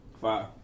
Five